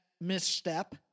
misstep